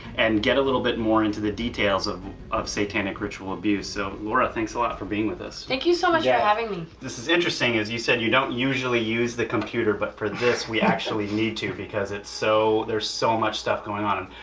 and get a little bit more into the details of of satanic ritual abuse. so laura thanks a lot for being with us. thank you so much for yeah having me. this is interesting as you said, you don't usually use the computer, but for this we actually need to, because so there's so much stuff going on,